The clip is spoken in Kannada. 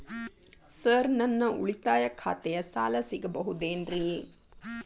ಸರ್ ನನ್ನ ಉಳಿತಾಯ ಖಾತೆಯ ಸಾಲ ಸಿಗಬಹುದೇನ್ರಿ?